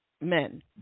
men